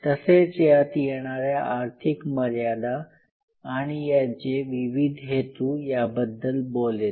तसेच यात येणाऱ्या आर्थिक मर्यादा आणि याचे विविध हेतु याबद्दल बोलेन